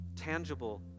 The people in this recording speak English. tangible